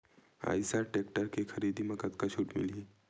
Eicher tractor के खरीदी म कतका छूट मिलही?